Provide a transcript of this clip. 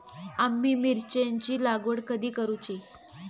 आम्ही मिरचेंची लागवड कधी करूची?